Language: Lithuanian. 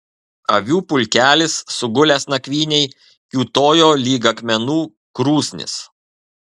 avių pulkelis sugulęs nakvynei kiūtojo lyg akmenų krūsnis